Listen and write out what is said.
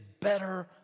better